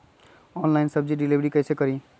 Online सब्जी deliver कैसे करें?